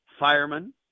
Firemen